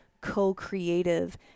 co-creative